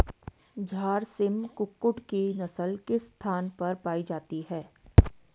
झारसिम कुक्कुट की नस्ल किस स्थान पर पाई जाती है?